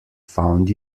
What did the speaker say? found